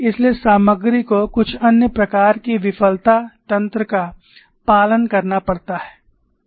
इसलिए सामग्री को कुछ अन्य प्रकार की विफलता तंत्र का पालन करना पड़ता है